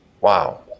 wow